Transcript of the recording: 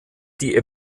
die